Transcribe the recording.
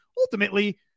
ultimately